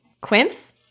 Quince